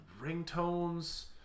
ringtones